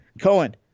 Cohen